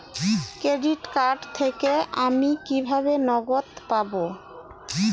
Credit card থেকে আমি কিভাবে নগদ পাব?